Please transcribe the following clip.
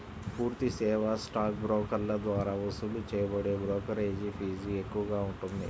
పూర్తి సేవా స్టాక్ బ్రోకర్ల ద్వారా వసూలు చేయబడే బ్రోకరేజీ ఫీజు ఎక్కువగా ఉంటుంది